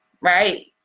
right